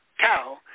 cow